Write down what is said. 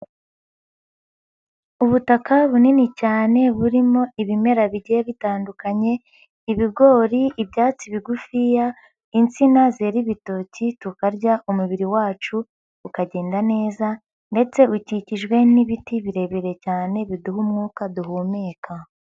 Ubutaka bunini cyane burimo ibimera bigiye bitandukanye, ibigori, ibyatsi bigufiya, insina zera ibitoki tukarya umubiri wacu ukagenda neza ndetse ukikijwe n'ibiti birebire cyane biduha umwuka duhumeka.